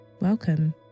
Welcome